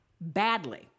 Badly